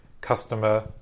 customer